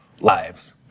lives